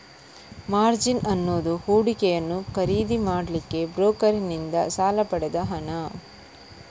margin ಅನ್ನುದು ಹೂಡಿಕೆಯನ್ನ ಖರೀದಿ ಮಾಡ್ಲಿಕ್ಕೆ ಬ್ರೋಕರನ್ನಿಂದ ಸಾಲ ಪಡೆದ ಹಣ